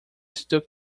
stuck